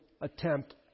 attempt